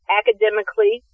academically